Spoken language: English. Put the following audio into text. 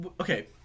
Okay